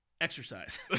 Exercise